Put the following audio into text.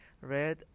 red